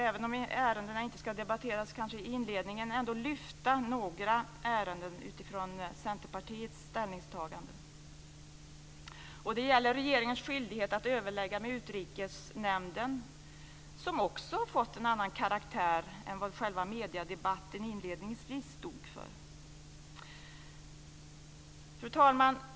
Även om ärendena inte ska debatteras i inledningen vill jag ändå lyfta fram några ärenden utifrån Centerpartiets ställningstaganden. Det gäller regeringens skyldighet att överlägga med Utrikesnämnden som också fått en annan karaktär än vad själva mediedebatten inledningsvis stod för. Fru talman!